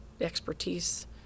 expertise